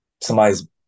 somebody's